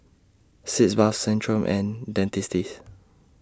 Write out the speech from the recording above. Sitz Bath Centrum and Dentiste